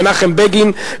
מנחם בגין,